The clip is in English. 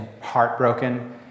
heartbroken